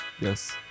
Yes